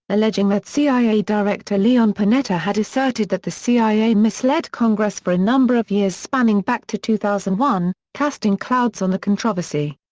alleging that cia director leon panetta had asserted that the cia misled congress for a number of years spanning back to two thousand and one, casting clouds on the controversy.